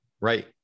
Right